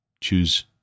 choose